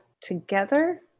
together